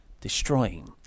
Destroying